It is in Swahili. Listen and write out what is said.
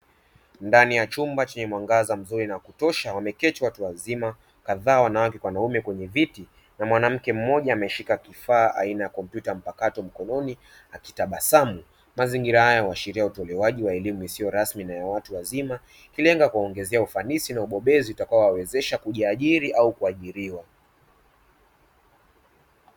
Ndani ya chumba chenye mwangaza mzuri, na wakutosha wameketi watu wazima kadhaa wanawake kwa wanaume kwenye viti, na mwanamke mmoja ameshika kifaa aina ya kompyuta mpakato mkononi akitabasamu, mazingira hayo huashiria utolewaji wa elimu isiyo rasmi na ya watu wazima ikilenga kuongezea ufanisi na ubobezi utakao wawezesha kujiajiri au kuajiriwa.